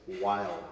wild